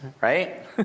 right